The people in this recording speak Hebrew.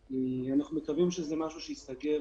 אנחנו מקווים שזה משהו שייסגר